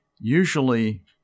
usually